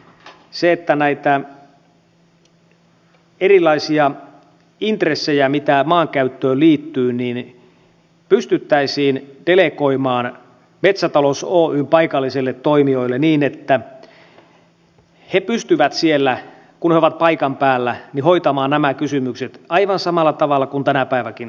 se että näitä erilaisia intressejä mitä maankäyttöön liittyy pystyttäisiin delegoimaan metsätalous oyn paikallisille toimijoille niin että he pystyvät siellä kun ovat paikan päällä hoitamaan nämä kysymykset aivan samalla tavalla kuin tänä päivänäkin ne on hoidettu